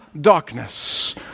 darkness